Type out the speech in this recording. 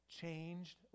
changed